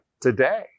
today